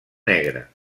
negra